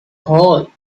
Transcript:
hole